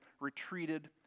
retreated